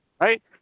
Right